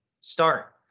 start